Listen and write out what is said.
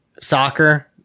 soccer